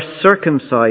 circumcised